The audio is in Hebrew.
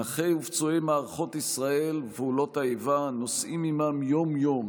נכי ופצועי מערכות ישראל ופעולות האיבה נושאים עימם יום-יום